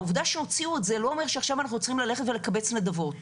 העובדה שהוציאו את זה לא אומר שעכשיו אנחנו צריכים ללכת ולקבץ נדבות.